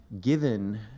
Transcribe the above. given